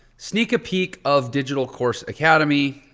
sneak a peak of digital course academy.